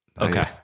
Okay